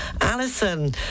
Alison